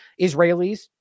Israelis